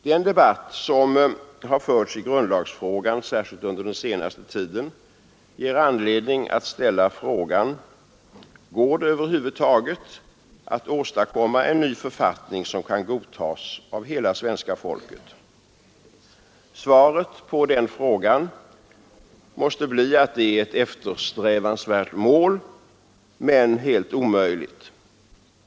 Den debatt som har förts i grundlagsfrågan, särskilt under den senaste tiden, ger anledning ställa frågan: Går det över huvud taget att åstadkomma en ny författning som kan godtas av hela svenska folket? Svaret på den frågan måste bli att det är ett eftersträvansvärt mål men helt omöjligt.